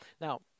now